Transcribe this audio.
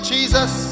Jesus